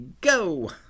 go